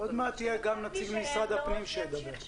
עוד מעט יהיה גם נציג משרד הפנים שידבר.